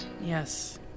Yes